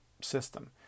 system